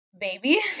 baby